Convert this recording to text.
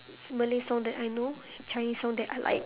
malay songs that I know chinese songs that I like